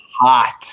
hot